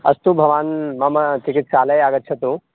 अस्तु भवान् मम चिकित्सालयम् आगच्छतु